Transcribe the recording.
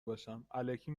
باشم٬الکی